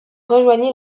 rejoignit